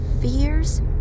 fears